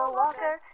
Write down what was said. walker